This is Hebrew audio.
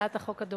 הצעת החוק הדומה.